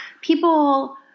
people